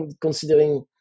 considering